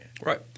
Right